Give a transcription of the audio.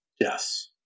Yes